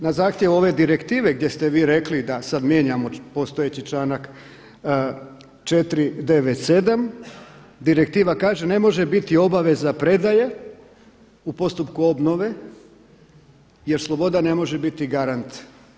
Na zahtjev ove direktive gdje ste vi rekli da sad mijenjamo postojeći članak 497. direktiva kaže ne može biti obaveza predaje u postupku obnove jer sloboda ne može biti garant.